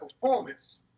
performance